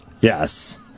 Yes